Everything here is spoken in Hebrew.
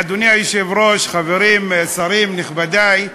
אדוני היושב-ראש, חברים, שרים, נכבדי,